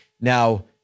Now